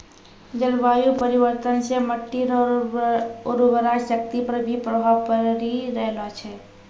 जलवायु परिवर्तन से मट्टी रो उर्वरा शक्ति पर भी प्रभाव पड़ी रहलो छै